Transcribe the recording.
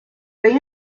rey